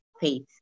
faith